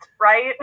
right